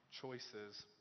choices